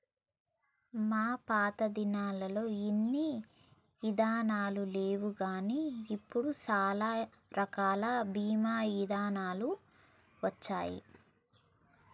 మా పాతదినాలల్లో ఇన్ని ఇదానాలు లేవుగాని ఇప్పుడు సాలా రకాల బీమా ఇదానాలు వచ్చినాయి